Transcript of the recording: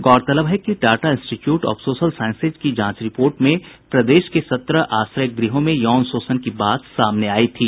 गौरतलब है कि Tata institute of social sciences की जांच रिपोर्ट में प्रदेश के सत्रह आश्रय गृहों में यौन शोषण की बात सामने आयी थी